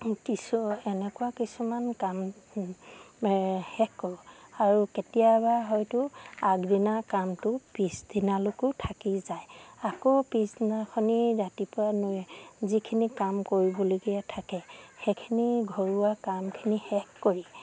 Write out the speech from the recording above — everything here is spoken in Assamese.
কিছু এনেকুৱা কিছুমান কাম শেষ কৰোঁ আৰু কেতিয়াবা হয়তো আগদিনাৰ কামটো পিছদিনালৈকে থাকি যায় আকৌ পিছদিনাখনি ৰাতিপুৱা যিখিনি কাম কৰিবলগীয়া থাকে সেইখিনি ঘৰুৱা কামখিনি শেষ কৰি